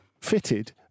fitted